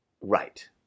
Right